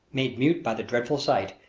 made mute by the dreadful sight,